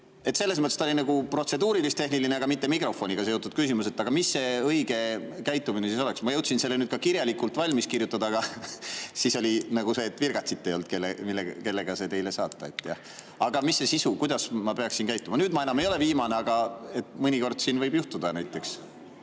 Selles mõttes see oli protseduurilis-tehniline, aga mitte mikrofoniga seotud küsimus. Aga missugune see õige käitumine siis oleks? Ma jõudsin selle nüüd ka kirjalikult valmis kirjutada, aga siis ei olnud jälle virgatsit, kellega see teile saata. Aga mis see sisu on, kuidas ma peaksin käituma? Nüüd ma enam ei ole viimane, aga mõnikord siin võib juhtuda näiteks